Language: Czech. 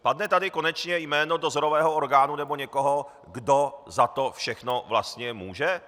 Padne tady konečně jméno dozorového orgánu nebo někoho, kdo za to všechno vlastně může?